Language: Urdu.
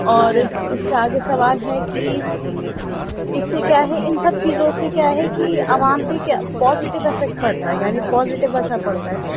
اور اس کے آگے سوال ہے کہ اس سے کیا ہے ان سب چیزوں سے کیا ہے کہ عوام پہ کیا پوزیٹو افیکٹ پڑتا ہے یعنی پوزیٹو اثر پڑتا ہے